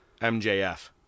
MJF